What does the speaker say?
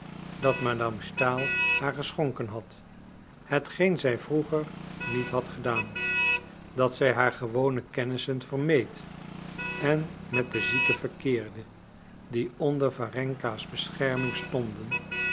dat madame stahl haar geschonken had hetgeen zij vroeger niet had gedaan dat zij haar gewone kennissen vermeed en met de zieken verkeerde die onder warenka's bescherming stonden